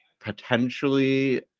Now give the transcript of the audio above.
potentially